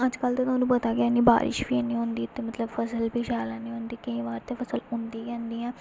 अज्जकल ते थाहनूं पता गै इ'न्नी बारिश बी ऐनी होंदी ते मतलब फसल बी शैल ऐनी होंदी केईं बार ते फसल होंदी गै निं ऐ